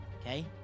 Okay